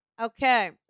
Okay